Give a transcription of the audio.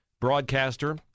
broadcaster